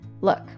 look